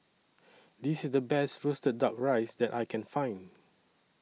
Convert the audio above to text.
This IS The Best Roasted Duck Rice that I Can Find